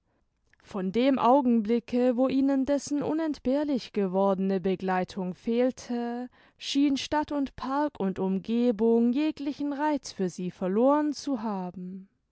von dem augenblicke wo ihnen dessen unentbehrlich gewordene begleitung fehlte schien stadt und park und umgegend jeglichen reiz für sie verloren zu haben